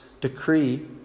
decree